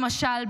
למשל,